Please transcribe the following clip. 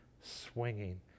swinging